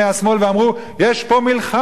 ואמרו: יש פה מלחמה,